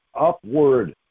upward